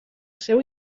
seu